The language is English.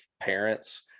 parents